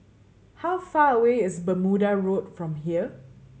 how far away is Bermuda Road from here